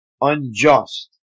unjust